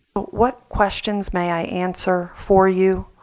what questions may i answer for you